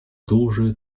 duży